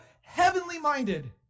heavenly-minded